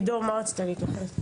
עידו, מה רצית להתייחס?